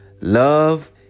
Love